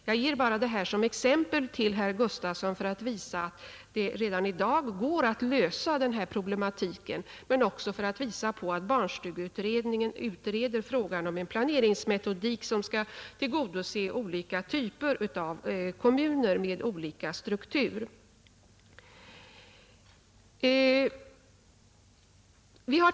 Jag ger detta bara som ett exempel till herr Gustavsson i Alvesta för att visa att det redan i dag går att lösa den här problematiken men också för att visa på att barnstugeutredningen utreder frågan om en planeringsmetodik som skall tillgodose olika typer av kommuner med olika struktur.